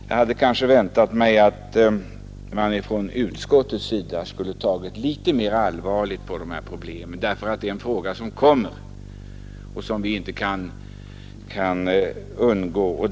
Jag hade kanske väntat mig att utskottet skulle tagit litet mer allvarligt på dessa problem. Det är en fråga som kommer och som vi inte kan undgå.